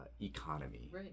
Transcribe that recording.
economy